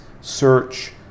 search